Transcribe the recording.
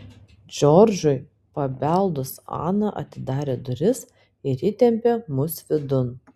džordžui pabeldus ana atidarė duris ir įtempė mus vidun